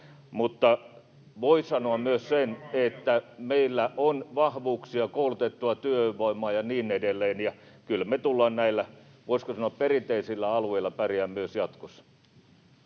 Mutta voin sanoa myös sen, että meillä on vahvuuksia, koulutettua työvoimaa ja niin edelleen, ja kyllä me tullaan näillä, voisiko sanoa, perinteisillä alueilla pärjäämään myös jatkossa.